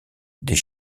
des